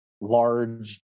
large